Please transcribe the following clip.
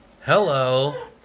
Hello